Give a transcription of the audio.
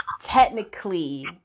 technically